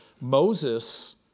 Moses